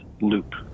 loop